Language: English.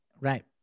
Right